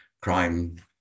crime